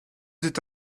c’est